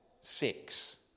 six